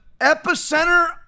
epicenter